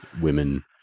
women